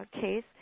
case